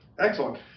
Excellent